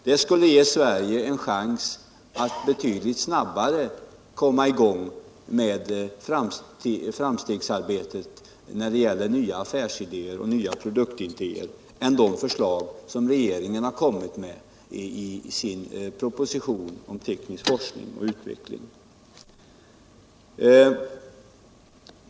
Det skulle ge Sverige en chans att betydligt snabbare komma i gång med framstegsarbetet när det gäller nya affärsidéer och produktidéer än de förslag som regeringen har lagt fram i sin proposition om teknisk forskning och utveckling.